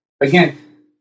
again